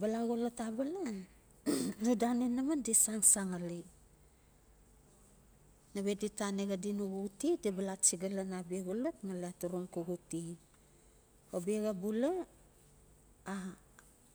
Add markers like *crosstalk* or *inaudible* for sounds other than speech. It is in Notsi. Bala xolot abala *noise* no dan inaman di san zan ngali nawe di tan a xadi no xuxute di ba la chiga lan abia xolot ngali aturung xoxo fe. O biaxa bula